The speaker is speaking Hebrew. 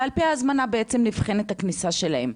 ועל פי ההזמנה בעצם נבחנת הכניסה שלהן.